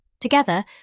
Together